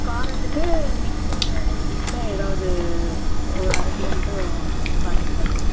காரத்துக்கு மிக்சர் வெரைட்டிஸில் எதாவது ஒரு அரை கிலோ மட்டும் பார்சல் பண்ணுங்கள்